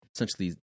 essentially